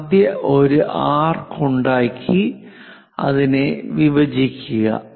ആദ്യം ഒരു ആർക്ക് ഉണ്ടാക്കി അതിനെ വിഭജിക്കുക